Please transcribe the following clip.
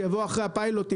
שיבוא אחרי הפיילוטים,